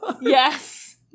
Yes